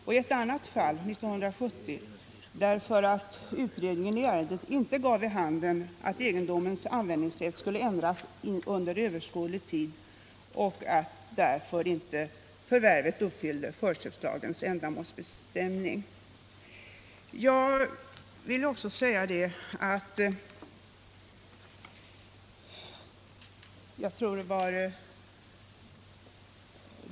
I ett annat fall år 1970 blev det avslag därför att utredningen inte gav vid handen att egendomens användningssätt skulle ändras under överskådlig tid. Förvärvet uppfyllde därför inte förköpslagens krav på angivande av ändamål.